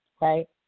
right